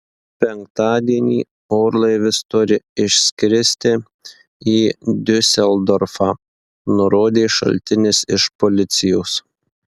penktadienį orlaivis turi išskristi į diuseldorfą nurodė šaltinis iš policijos